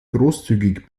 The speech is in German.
großzügig